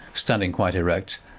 standing quite erect,